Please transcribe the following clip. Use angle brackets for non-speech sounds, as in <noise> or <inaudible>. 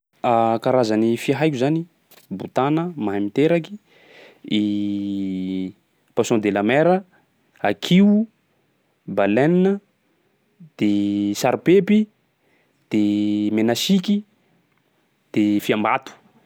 <hesitation> Karazany fia haiko zany: botana, mahay miteraky, <hesitation> poisson de la mer, hakiho, baleine, de saripepy, de menasiky, de fiambato.